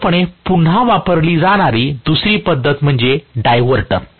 साधारणपणे पुन्हा वापरली जाणारी दुसरी पद्धत म्हणजे डायव्हर्टर